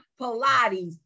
Pilates